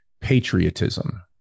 patriotism